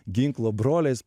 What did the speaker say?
ginklo broliais